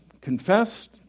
confessed